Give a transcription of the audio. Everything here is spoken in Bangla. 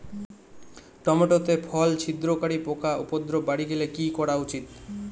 টমেটো তে ফল ছিদ্রকারী পোকা উপদ্রব বাড়ি গেলে কি করা উচিৎ?